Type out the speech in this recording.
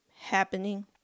happening